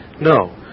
No